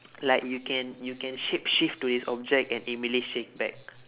like you can you can shapeshift to this object and immediately shift back